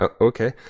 Okay